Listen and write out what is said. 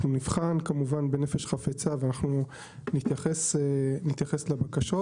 אנחנו נבחן בנפש חפצה ונתייחס לבקשות.